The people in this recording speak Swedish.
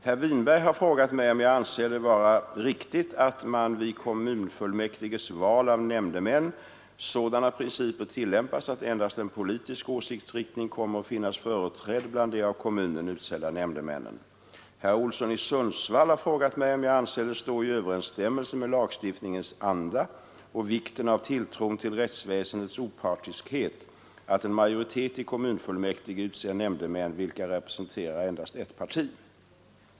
Herr Winberg har frågat mig om jag anser det vara riktigt att vid kommunfullmäktiges val av nämndemän sådana principer tillämpas att endast en politisk åsiktsriktning kommer att finnas företrädd bland de av kommunen utsedda nämndemännen. Herr Olsson i Sundsvall har frågat mig om jag anser det stå i överensstämmelse med lagstiftningens anda och vikten av tilltron till rättsväsendets opartiskhet att en majoritet i kommunfullmäktige utser nämndemän vilka representerar endast ett parti.